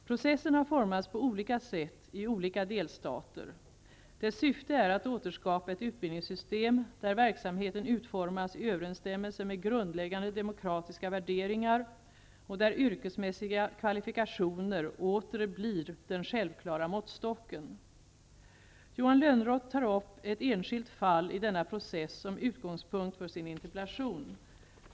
Processen har formats på olika sätt i olika delstater. Dess syfte är att återskapa ett utbildningssystem där verksamheten utformas i överensstämmelse med grundläggande demokratiska värderingar och där yrkesmässiga kvalifikationer åter blir den självklara måttstocken. Johan Lönnroth tar upp ett enskilt fall i denna process som utgångspunkt för sin interpellation.